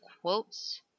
quotes